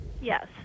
Yes